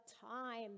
time